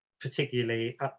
particularly